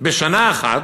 בשנה אחת,